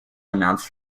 announced